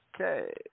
Okay